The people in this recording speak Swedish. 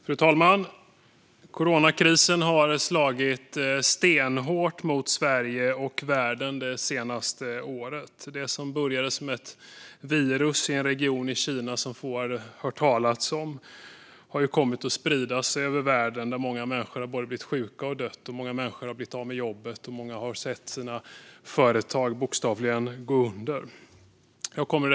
Fru talman! Coronakrisen har slagit stenhårt mot Sverige och världen det senaste året. Det som började som ett virus i en region i Kina som få hade hört talas om har ju kommit att spridas över världen, där många människor har blivit sjuka och dött. Många har också blivit av med jobbet eller sett sina företag bokstavligen gå under. Fru talman!